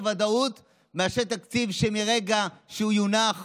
ודאות מאשר עם תקציב שמרגע שהוא יונח